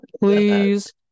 Please